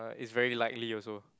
it's very likely also